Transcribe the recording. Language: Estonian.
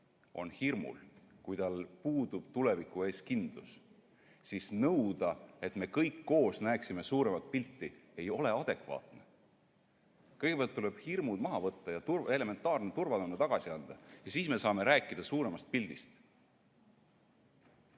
on hirmul, kui tal puudub tuleviku ees kindlus, siis nõuda, et me kõik koos näeksime suuremat pilti, ei ole adekvaatne. Kõigepealt tuleb hirmud maha võtta ja elementaarne turvatunne tagasi anda, alles siis me saame rääkida suuremast pildist.